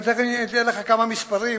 תיכף אני אתן לך כמה מספרים,